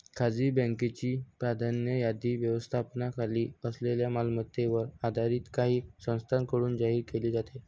खासगी बँकांची प्राधान्य यादी व्यवस्थापनाखाली असलेल्या मालमत्तेवर आधारित काही संस्थांकडून जाहीर केली जाते